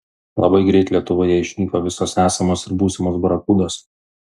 labai greit lietuvoje išnyko visos esamos ir būsimos barakudos